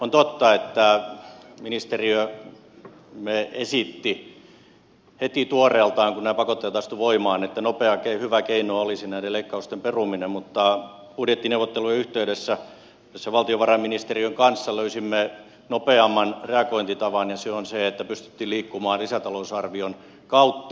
on totta että ministeriömme esitti heti tuoreeltaan kun nämä pakotteet astuivat voimaan että nopea hyvä keino olisi näiden leik kausten peruminen mutta budjettineuvottelu jen yhteydessä yhdessä valtiovarainministeriön kanssa löysimme nopeamman reagointitavan ja se on se että pystyttiin liikkumaan lisätalousarvion kautta